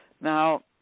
Now